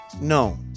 No